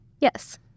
Yes